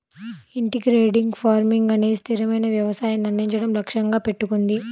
integrated farming అనేది స్థిరమైన వ్యవసాయాన్ని అందించడం లక్ష్యంగా పెట్టుకుంది